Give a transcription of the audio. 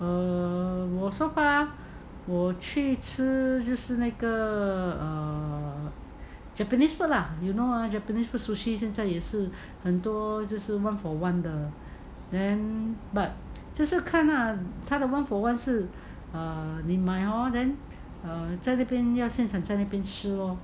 err 我说 bah 我去吃的就是那个 err japanese food lah you know ah japanese sushi 现在也是很多就是 one for one 的 then but 这是看看他的 one for one 是 err 你买 hor then err 在那边要现场在那边吃 lor